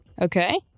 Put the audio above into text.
Okay